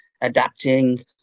adapting